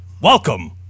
Welcome